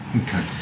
Okay